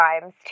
times